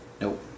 Nope